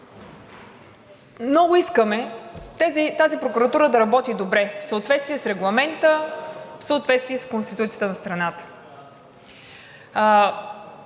много искаме тази прокуратура да работи добре, в съответствие с Регламента, в съответствие с Конституцията на страната.